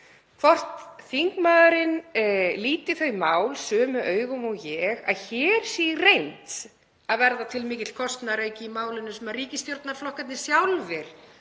hvort þingmaðurinn líti þau mál sömu augum og ég, að hér sé í reynd að verða til mikill kostnaðarauki í málinu sem ríkisstjórnarflokkarnir sjálfir